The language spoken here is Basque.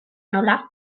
nola